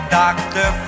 doctor